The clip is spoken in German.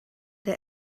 der